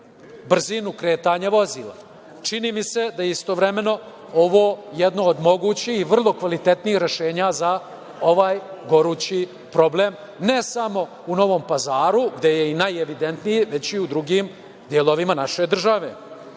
brzinu kretanja vozila? Čini mi se da je istovremeno ovo jedno od mogućih i vrlo kvalitetnijih rešenja za ovaj gorući problem, ne samo u Novom Pazaru, gde je i najevidentniji, već i u drugim delovima naše države.